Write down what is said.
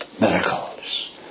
miracles